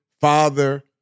father